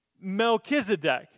Melchizedek